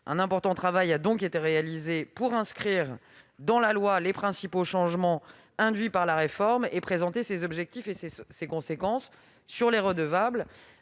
Un important travail a donc été réalisé pour inscrire dans la loi les principaux changements induits par la réforme et présenter ses objectifs et ses conséquences pour les redevables,